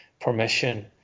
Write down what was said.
permission